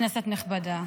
כנסת נכבדה,